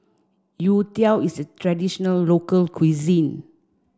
Youtiao is a traditional local cuisine